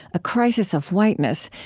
a crisis of whiteness,